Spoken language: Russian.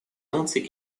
наций